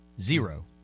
zero